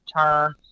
turn